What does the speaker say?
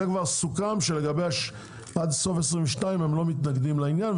זה כבר סוכם שעד סוף 2022 אנחנו לא מתנגדים לעניין,